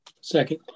Second